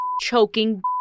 choking